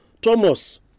Thomas